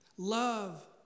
Love